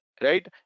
right